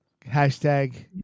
Hashtag